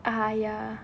ah ya